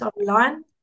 online